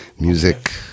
music